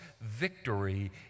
victory